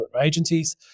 Agencies